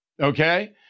okay